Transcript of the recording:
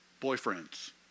Boyfriends